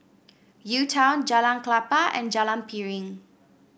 U Town Jalan Klapa and Jalan Piring